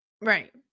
Right